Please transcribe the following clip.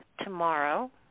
tomorrow